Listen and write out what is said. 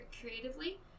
creatively